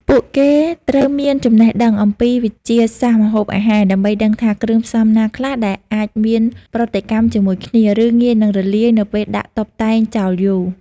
ពួកគេត្រូវមានចំណេះដឹងអំពីវិទ្យាសាស្ត្រម្ហូបអាហារ ដើម្បីដឹងថាគ្រឿងផ្សំណាខ្លះដែលអាចមានប្រតិកម្មជាមួយគ្នា ឬងាយនឹងរលាយនៅពេលដាក់តុបតែងចោលយូរ។